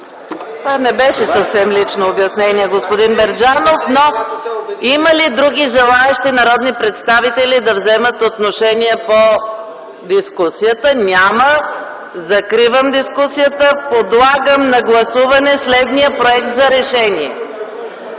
Това не беше съвсем лично обяснение, господин Мерджанов. Има ли други желаещи народни представители да вземат отношение по дискусията? Няма. Закривам дискусията. Подлагам на гласуване следния проект: „РЕШЕНИЕ